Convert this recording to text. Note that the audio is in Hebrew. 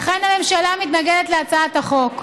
לכן, הממשלה מתנגדת להצעת החוק.